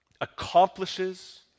accomplishes